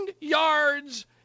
yards